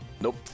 nope